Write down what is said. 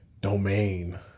domain